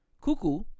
Cuckoo